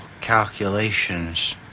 calculations